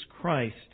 Christ